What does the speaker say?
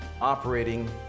Operating